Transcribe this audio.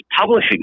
publishing